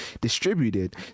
distributed